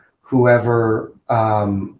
whoever –